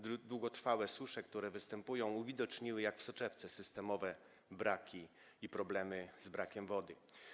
Długotrwałe susze, które tu występują, uwidoczniły jak w soczewce systemowe braki i problemy z brakiem wody.